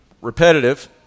repetitive